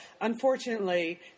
unfortunately